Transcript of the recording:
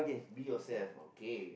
be yourself okay